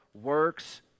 works